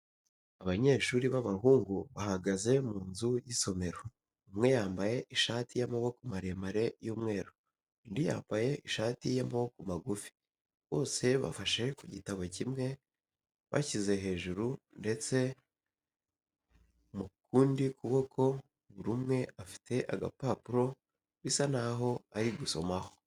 Abanyeshuri b'abahungu bahagaze mu nzu y'isomero, umwe yambaye ishati y'amaboko maremare y'umweru, undi yambaye ishati y'amaboko magufi, bose bafashe ku gitabo kimwe bashyize hejuru ndetse mu kundi kuboko buri umwe afite agapapuro bisa n'aho ari gusomaho.